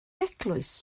eglwys